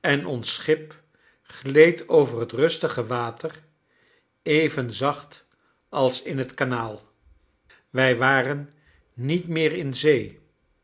en ons schip gleed over het rustige water even zacht als in het kanaal wij waren niet meer in zee